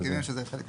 מסכימים שזה חלק.